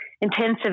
intensive